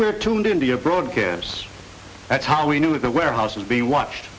we're tuned in to your broad kids that's how we knew the warehouses be watched